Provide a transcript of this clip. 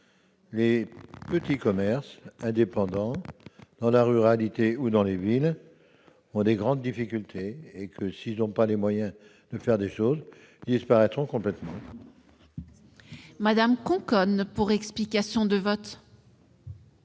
les petits commerces indépendants, dans la ruralité ou dans les villes, ont de grandes difficultés, et, s'ils n'ont pas les moyens de faire des choses, ils disparaîtront complètement. On parle de 10